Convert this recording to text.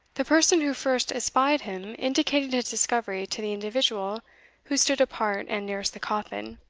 the person who first espied him indicated his discovery to the individual who stood apart and nearest the coffin,